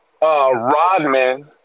Rodman